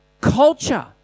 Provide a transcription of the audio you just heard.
Culture